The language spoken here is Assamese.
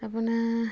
আপোনাৰ